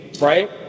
Right